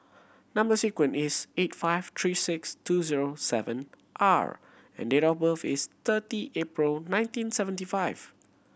number sequence is eight five three six two zero seven R and date of birth is thirty April nineteen seventy five